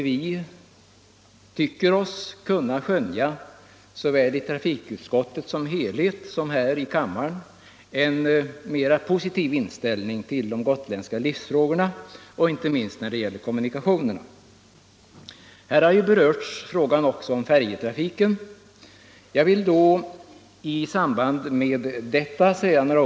Vi tror oss kunna skönja, såväl i utskottet i dess helhet som här i kammaren, en mera positiv inställning till de gotländska livsfrågorna, inte minst när det gäller kommunikationer. Här har berörts frågan om färjetrafiken. Jag vill säga några ord om den.